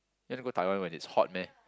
you want to go Taiwan when it's hot meh